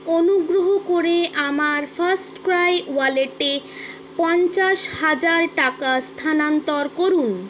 অনুগ্রহ করে আমার ফার্স্টক্রাই ওয়ালেটে পঞ্চাশ হাজার টাকা স্থানান্তর করুন